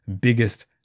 biggest